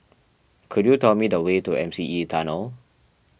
could you tell me the way to M C E Tunnel